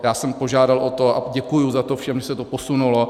Já jsem požádal o to, a děkuji za to všem, že se to posunulo.